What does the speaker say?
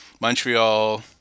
Montreal